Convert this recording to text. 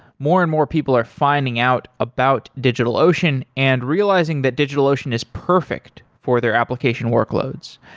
more and more people are finding out about digitalocean and realizing that digitalocean is perfect for their application workloads.